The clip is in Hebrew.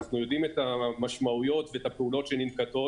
אנחנו יודעים את המשמעויות ואת הפעולות שננקטות